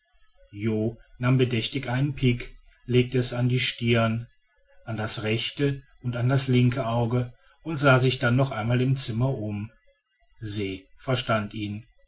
nahm bedächtig ein pik legte es an die stirn an das rechte und an das linke auge und sah sich dann noch einmal im zimmer um se verstand ihn